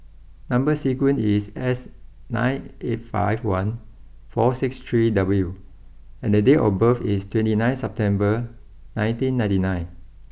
number sequence is S nine eight five one four six three W and the date of birth is twenty nine September nineteen ninety nine